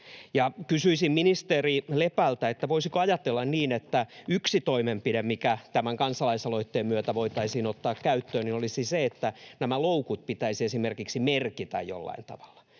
Kysyisin ministeri Lepältä: voisiko ajatella niin, että yksi toimenpide, mikä tämän kansalaisaloitteen myötä voitaisiin ottaa käyttöön, olisi se, että nämä loukut pitäisi esimerkiksi merkitä jollain tavalla,